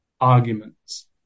Arguments